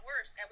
worse